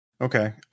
Okay